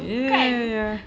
ya ya ya ya ya